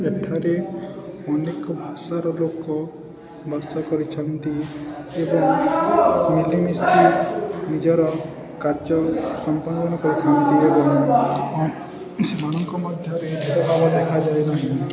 ଏଠାରେ ଅନେକ ଭାଷାର ଲୋକ ବାସ କରିଛନ୍ତି ଏବଂ ମିଳିମିଶି ନିଜର କାର୍ଯ୍ୟ ସମ୍ପଦାନ କରିଥାନ୍ତି ଏବଂ ସେମାନଙ୍କ ମଧ୍ୟରେ ଭେଦଭାବ ଦେଖାଯାଏ ନାହିଁ